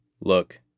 Look